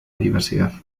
diversidad